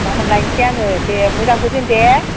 गाबोन लाबोनोसै आङो दे मोजांखौ दोन दे